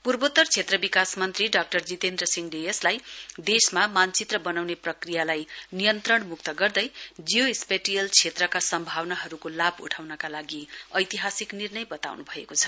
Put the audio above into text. पूर्वोतर क्षेत्र विकास मन्त्री डाजितेन्द्र सिंहले यसलाई देशमा मानचित्र बनाउने प्रक्रियालाई नियन्त्रण म्क्त गर्दै जियो स्पेटियल क्षेत्रका सम्भावनाहरुको लाभ उठाउनका लागि ऐतिहासिक निर्णय बताउन् भएको छ